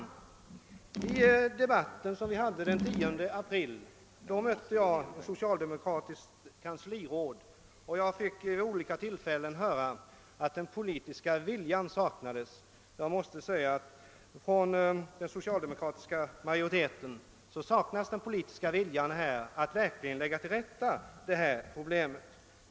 I debatten den 10 april mötte jag ett socialdemokratiskt kansliråd och fick vid olika tillfällen höra att den politiska viljan saknades. Jag måste säga att den politiska viljan att rätta till felaktigl.eterna i detta fall helt saknas hos den socialdemokratiska majoriteten.